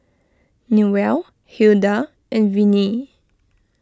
Newell Hilda and Vinie